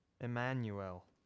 Emmanuel